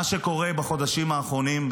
מה שקורה בחודשים האחרונים,